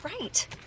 Right